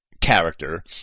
character